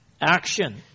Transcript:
action